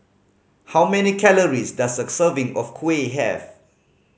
how many calories does a serving of kuih have